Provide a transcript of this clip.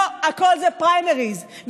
לא הכול זה פריימריז,